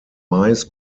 mais